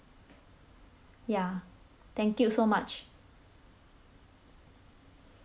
ya thank you so much